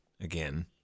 again